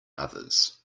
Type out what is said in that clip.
others